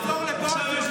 לא כדי